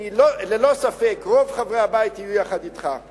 ללא ספק, רוב חברי הבית יהיו יחד אתך.